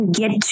get